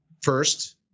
first